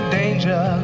danger